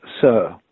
sir